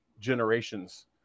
generations